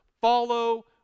follow